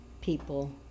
people